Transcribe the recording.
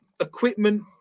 equipment